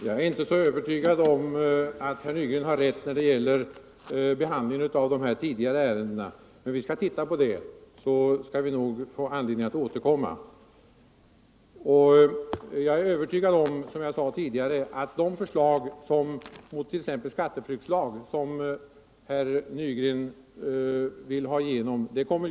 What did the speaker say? Herr talman! Jag är inte övertygad om att herr Nygren har rätt när det gäller behandlingen av de tidigare ärendena, men vi skall titta på det. Då får vi nog anledning att återkomma. Som jag sade tidigare kommer inte jag att gå emot ett förslag till exempelvis skatteflyktslagstiftning, som herr Nygren vill ha igenom.